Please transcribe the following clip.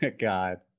god